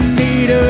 need